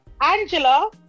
Angela